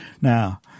Now